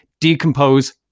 decompose